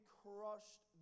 crushed